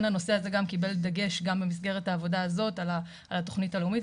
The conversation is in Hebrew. הנושא הזה גם קיבל דגש גם במסגרת העבודה הזאת על התוכנית הלאומית.